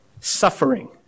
suffering